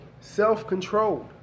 self-controlled